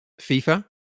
FIFA